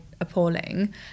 appalling